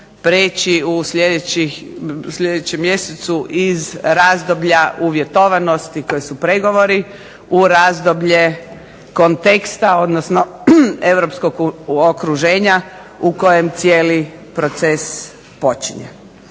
prijeći u sljedećem mjesecu iz razdoblja uvjetovanosti to su pregovori u razdoblje konteksta odnosno europskog okruženja u kojem cijeli proces počinje.